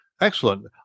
Excellent